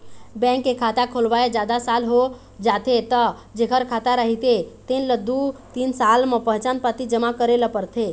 bank के खाता खोलवाए जादा साल हो जाथे त जेखर खाता रहिथे तेन ल दू तीन साल म पहचान पाती जमा करे ल परथे